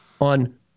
on